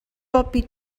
bobi